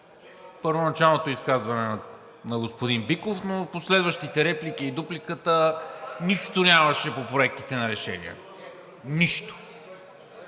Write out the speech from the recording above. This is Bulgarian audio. първоначалното изказване на господин Биков, но в последващите реплики и дупликата нищо нямаше по проектите на решения! Нищо!